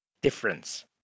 difference